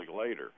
later